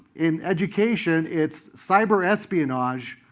in education, it's cyber-espionage,